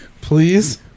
Please